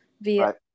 via